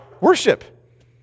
Worship